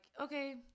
okay